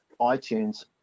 iTunes